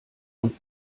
und